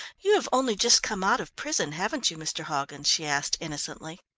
you have only just come out of prison, haven't you, mr. hoggins? she asked innocently.